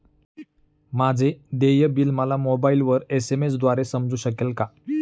माझे देय बिल मला मोबाइलवर एस.एम.एस द्वारे समजू शकेल का?